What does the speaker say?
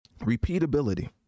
repeatability